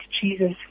Jesus